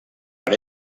per